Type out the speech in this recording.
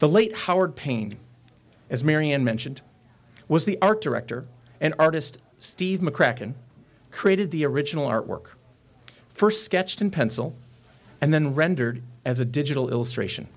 the late howard pain as marian mentioned was the art director and artist steve mccracken created the original artwork st sketched in pencil and then rendered as a digital illustration